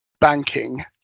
banking